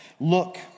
look